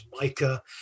mica